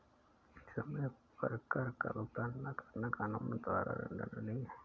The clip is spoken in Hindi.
समय पर कर का भुगतान न करना कानून द्वारा दंडनीय है